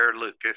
Lucas